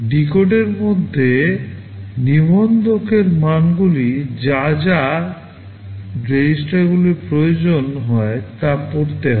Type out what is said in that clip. ডিকোডের মধ্যে নিবন্ধকের মানগুলি যা যা রেজিস্টারগুলির প্রয়োজন হয় তা পড়তে হয়